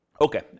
Okay